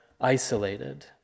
isolated